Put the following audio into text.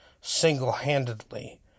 single-handedly